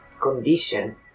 condition